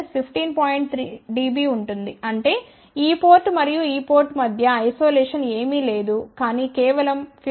3 dB ఉంటుంది అంటే ఈ పోర్ట్ మరియు ఈ పోర్ట్ మధ్య ఐసొలేషన్ ఏమీ లేదు కానీ కేవలం 15